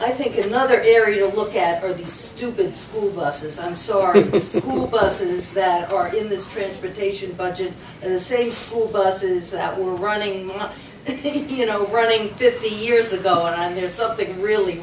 i think another area look at where these two big school buses i'm sorry buses that are in this transportation budget and the same school buses that were running you know running fifty years ago and there's something really